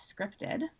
Scripted